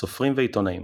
סופרים ועיתונאים